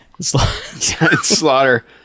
Slaughter